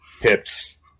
pips